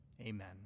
Amen